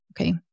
okay